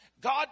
God